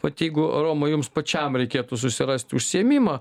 vat jeigu romai jums pačiam reikėtų susirast užsiėmimą